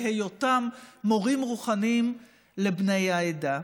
להיותם מורים רוחניים לבני העדה.